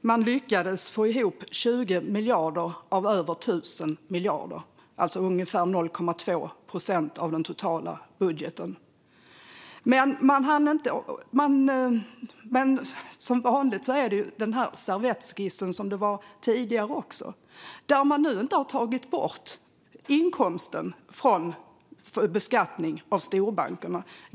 man lyckades få ihop 20 miljarder av över 1 000 miljarder, alltså ungefär 0,2 procent av den totala budgeten. Det är som vanligt, likt tidigare, en servettskiss där man inte har tagit bort inkomsten från beskattning av storbankerna.